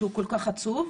שהוא כל כך עצוב,